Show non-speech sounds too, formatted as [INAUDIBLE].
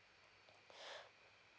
[BREATH]